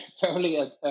fairly